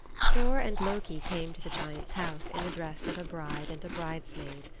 thor and loki came to the giant's house in the dress of a bride and a bridesmaid.